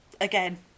Again